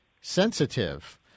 sensitive